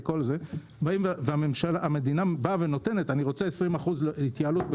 אז המדינה אומרת שהיא רוצה התייעלות של 20% בכוח